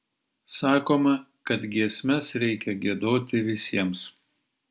sakoma kad giesmes reikia giedoti visiems